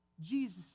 Jesus